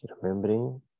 Remembering